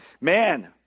Man